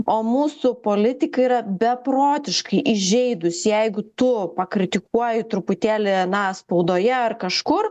o mūsų politikai yra beprotiškai įžeidūs jeigu tu pakritikuoji truputėlį na spaudoje ar kažkur